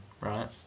Right